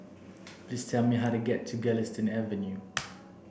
please tell me how to get to Galistan Avenue